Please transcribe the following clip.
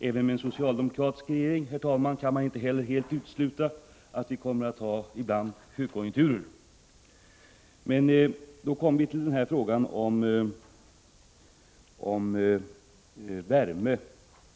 Man kan, herr talman, inte heller helt utesluta att vi även med en socialdemokratisk regering ibland kommer att ha högkonjunkturer.